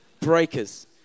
breakers